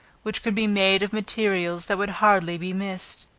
which could be made of materials that would hardly be missed.